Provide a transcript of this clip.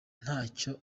ntacyo